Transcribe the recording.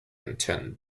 intend